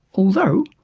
although,